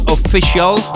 Official